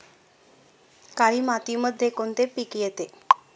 काळी मातीमध्ये कोणते पिके येते?